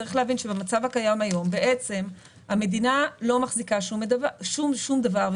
צריך להבין שבמצב הקיים היום בעצם המדינה לא מחזיקה שום דבר,